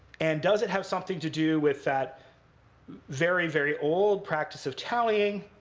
and does it have something to do with that very, very old practice of tallying?